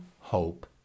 hope